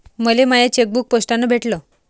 मले my chequebook पोस्टानं भेटल